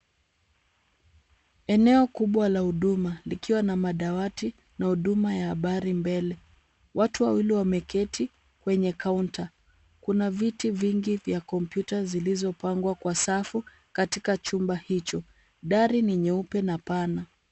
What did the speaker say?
Eneo kubwa la huduma likiwa na madawati na huduma ya habari mbele. Watu wawili wameketi kwenye counter . Kuna viti vingi vya kompyuta zilizopangwa kwa safu katika chumba hicho. Dari ni nyeupe na pana.